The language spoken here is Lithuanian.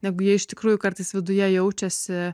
negu jie iš tikrųjų kartais viduje jaučiasi